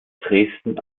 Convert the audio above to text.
dresden